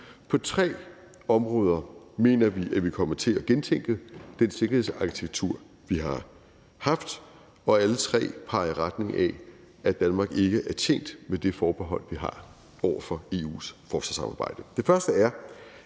På tre områder mener vi at vi kommer til at gentænke den sikkerhedsarkitektur, vi har haft, og alle tre peger i retning af, at Danmark ikke er tjent med det forbehold, vi har over for EU's forsvarssamarbejde. Det første er,